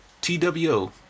TWO